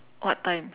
what time